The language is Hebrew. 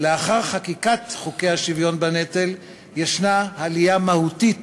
לאחר חקיקת חוקי השוויון בנטל יש עלייה מהותית